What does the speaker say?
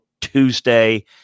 Tuesday